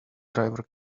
driver